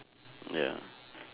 ya